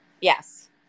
Yes